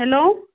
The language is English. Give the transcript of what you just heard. hello